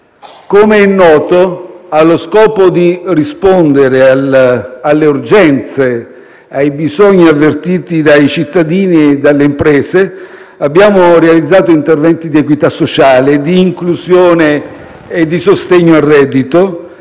Come è noto, allo scopo di rispondere alle urgenze e ai bisogni avvertiti dai cittadini e dalle imprese, abbiamo realizzato interventi di equità sociale, di inclusione e di sostegno al reddito